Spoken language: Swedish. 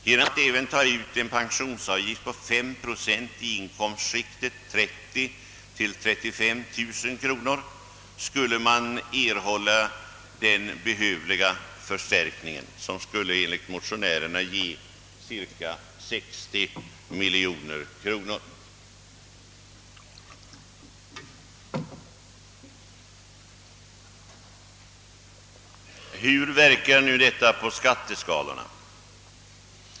Genom att även ta ut en pensionsavgift på fem procent i inkomstskiktet 30 000 till 35 000 kronor skulle man erhålla den behövliga förstärkningen — enligt motionärerna cirka 60 miljoner kronor. Hur verkar nu detta på skatteskalan?